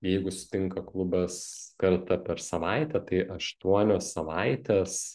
jeigu susitinka klubas kartą per savaitę tai aštuonios savaitės